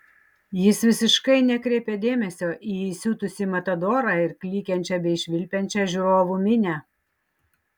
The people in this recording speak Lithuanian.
jis visiškai nekreipė dėmesio į įsiutusį matadorą ir klykiančią bei švilpiančią žiūrovų minią